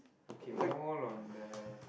okay mole on the